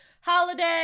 Holiday